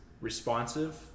responsive